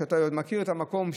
ואתה מכיר את המקום,